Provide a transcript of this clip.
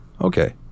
Okay